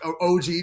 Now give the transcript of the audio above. OG